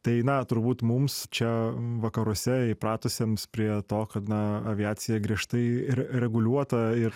tai na turbūt mums čia vakaruose įpratusiems prie to kad na aviacija griežtai ir reguliuota ir